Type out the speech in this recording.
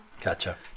Gotcha